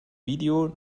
video